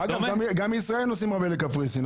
אגב, גם מישראל נוסעים הרבה לקפריסין.